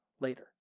later